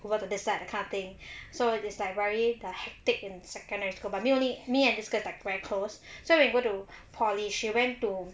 over to this side that kind of thing so it's like very the hectic in secondary school but only me and this girl is like very close so when we go to poly she went to